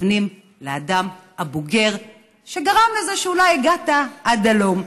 מתכוונים לאדם הבוגר שגרם לזה שאולי הגעת עד הלום.